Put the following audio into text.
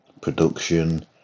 Production